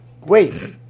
wait